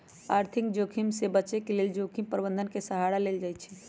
आर्थिक जोखिम से बचे के लेल जोखिम प्रबंधन के सहारा लेल जाइ छइ